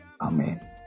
Amen